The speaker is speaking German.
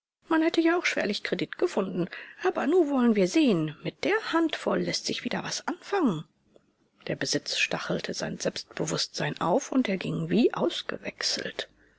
man hätte ja auch schwerlich kredit gefunden aber nu wollen wir sehen mit der handvoll läßt sich wieder was anfangen der besitz stachelte sein selbstbewußtsein auf und er ging wie ausgewechselt